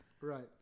right